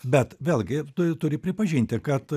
bet vėlgi tu turi pripažinti kad